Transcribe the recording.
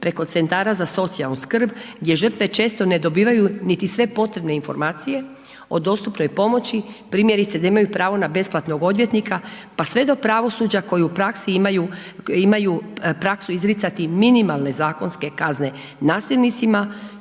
preko CZSS-a gdje žrtve često ne dobivaju niti sve potrebne informacije o dostupnoj pomoći, primjerice da imaju pravo na besplatnog odvjetnika pa sve do pravosuđa koji u praksi imaju praksi izricati minimalne zakonske kazne nasilnicima,